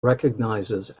recognizes